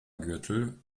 gürtel